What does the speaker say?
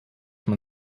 man